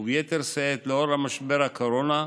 וביתר שאת לנוכח משבר הקורונה,